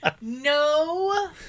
No